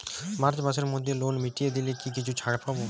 March মাসের মধ্যে loan মিটিয়ে দিলে কি কিছু ছাড় পাব?